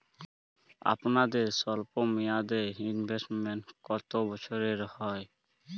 আপনাদের স্বল্পমেয়াদে ইনভেস্টমেন্ট কতো বছরের হয়?